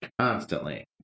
constantly